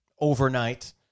overnight